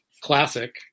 classic